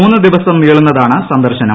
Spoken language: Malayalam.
മൂന്ന് ദിവസം നീളുന്നതാണ് സന്ദർശനം